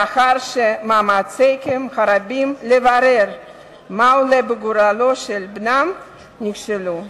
לאחר שמאמציהם הרבים לברר מה עולה בגורלו של בנם נכשלו.